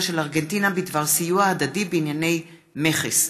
של ארגנטינה בדבר סיוע הדדי בענייני מכס.